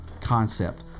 concept